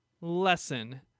lesson